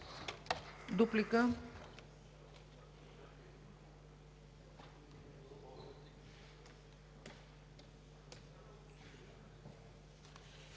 Дуплика